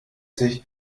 sich